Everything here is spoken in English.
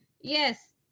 yes